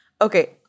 Okay